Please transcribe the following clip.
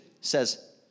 says